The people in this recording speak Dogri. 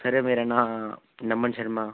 सर मेरा नांऽ नमन शर्मा